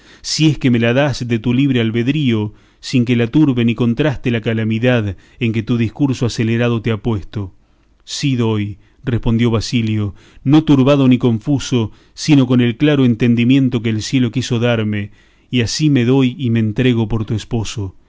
si es que me la das de tu libre albedrío sin que la turbe ni contraste la calamidad en que tu discurso acelerado te ha puesto sí doy respondió basilio no turbado ni confuso sino con el claro entendimiento que el cielo quiso darme y así me doy y me entrego por tu esposo